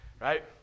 right